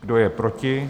Kdo je proti?